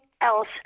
else